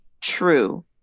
true